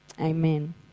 Amen